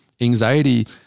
anxiety